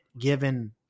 given